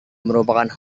merupakan